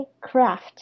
Craft